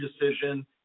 decision